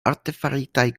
artefaritaj